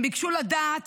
הם ביקשו לדעת